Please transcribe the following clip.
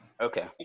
okay